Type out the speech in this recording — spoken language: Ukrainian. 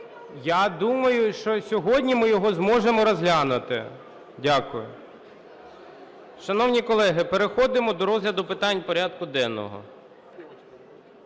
Я думаю, що сьогодні ми його зможемо розглянути. Дякую. Шановні колеги, переходимо до розгляду питань порядку денного.